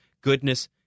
goodness